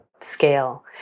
scale